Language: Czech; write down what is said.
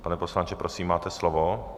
Pane poslanče, prosím, máte slovo.